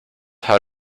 how